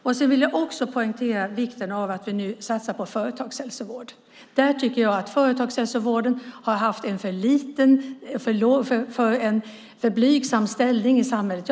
Jag vill också poängtera vikten av att vi nu satsar på företagshälsovård. Jag tycker att företagshälsovården har haft en för blygsam ställning i samhället.